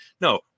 No